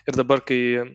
ir dabar kai